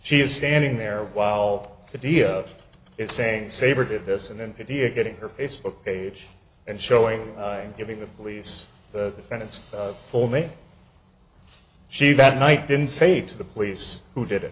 she is standing there while the dia is saying saber to this and then getting her facebook page and showing him giving the police the sentence for me she that night didn't say to the police who did it